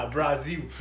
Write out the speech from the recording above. Brazil